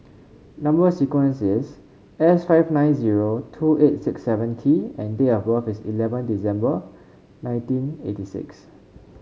number sequence is S five nine zero two eight six seven T and date of birth is eleven December nineteen eighty six